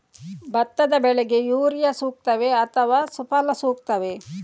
ಭತ್ತದ ಬೆಳೆಗೆ ಯೂರಿಯಾ ಸೂಕ್ತವೇ ಅಥವಾ ಸುಫಲ ಸೂಕ್ತವೇ?